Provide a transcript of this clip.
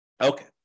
Okay